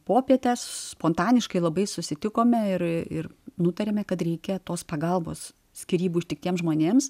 popietę spontaniškai labai susitikome ir ir nutarėme kad reikia tos pagalbos skyrybų ištiktiems žmonėms